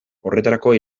horretarako